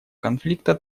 конфликта